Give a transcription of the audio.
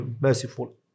merciful